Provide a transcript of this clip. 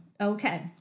Okay